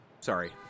Sorry